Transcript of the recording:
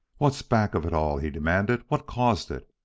what's back of it all? he demanded. what caused it?